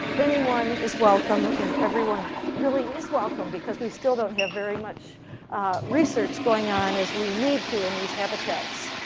anyone is welcome and everyone really is welcome because we still don't have very much research going on as we need to in these habitats.